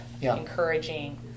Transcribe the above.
encouraging